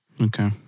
Okay